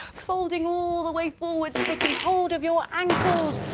folding all the way forward taking hold of your ankles,